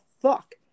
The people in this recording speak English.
fuck